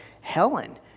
Helen